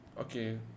okay